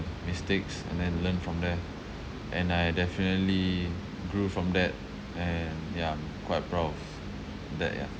mistakes and then learn from there and I definitely grew from that and ya I'm quite proud of that ya